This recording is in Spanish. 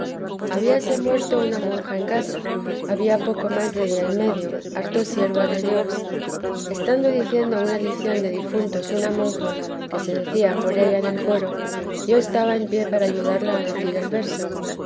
habíase muerto una monja en casa había poco más de día y medio harto sierva de dios y estando diciendo una lición de difuntos una monja que se decía por ella en el coro yo estaba en pie para ayudarla a decir el verso